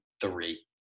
three